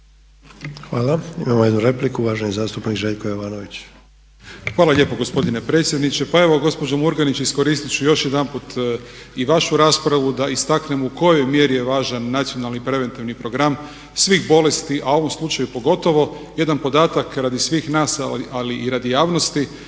Hvala. Imamo jednu repliku, uvaženi zastupnik Željko Jovanović. **Jovanović, Željko (SDP)** Hvala lijepo gospodine potpredsjedniče. Pa evo gospođo Murganić iskoristit ću još jedanput i vašu raspravu da istaknem u kojoj mjeri je važan nacionalni preventivni program svih bolesti, a u ovom slučaju pogotovo jedan podatak radi svih nas ali i radi javnosti.